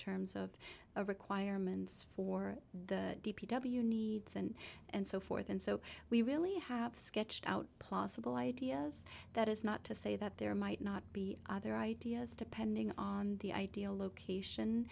terms of requirements for the d p w needs and and so forth and so we really have sketched out plausible ideas that is not to say that there might not be other ideas depending on the ideal location